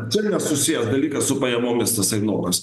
čia nesusijęs dalykas su pajamomis tasai noras